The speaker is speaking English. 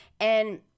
And-